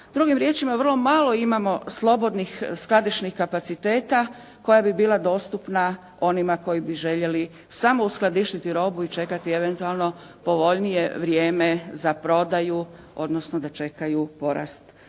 Drugim riječima vrlo malo imamo slobodnih skladišnih kapaciteta koja bi bila dostupna onima koji bi željeli samo uskladištiti robu i čekati eventualno povoljnije vrijeme za prodaju odnosno da čekaju za porast